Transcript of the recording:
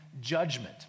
judgment